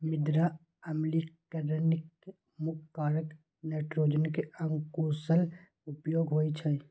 मृदा अम्लीकरणक मुख्य कारण नाइट्रोजनक अकुशल उपयोग होइ छै